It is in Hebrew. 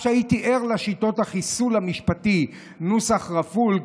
אף שהייתי ער לשיטות החיסול המשפטי נוסח רפול,